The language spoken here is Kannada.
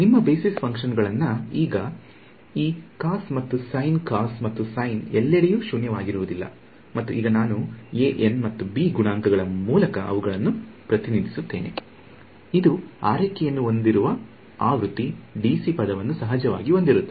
ನಿಮ್ಮ ಬೇಸಿಸ್ ಫಂಕ್ಷನ್ ಗಳನ್ನ ಈಗ ಈ ಕಾಸ್ ಮತ್ತು ಸೈನ್ ಕಾಸ್ ಮತ್ತು ಸೈನ್ ಎಲ್ಲೆಡೆ ಶೊನ್ಯವಾಗಿರುವುದಿಲ್ಲ ಮತ್ತು ಈಗ ನಾನು an ಮತ್ತು b ಗುಣಾಂಕಗಳ ಮೂಲಕ ಅವುಗಳನ್ನು ಪ್ರತಿನಿಧಿಸುತ್ತೇನೆ ಇದು ಆರೈಕೆಯನ್ನು ಹೊಂದಿರುವ ಆವೃತ್ತಿ dc ಪದವನ್ನು ಸಹಜವಾಗಿ ಹೊಂದಿರುತ್ತದೆ